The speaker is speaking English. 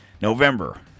November